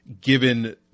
given